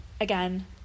again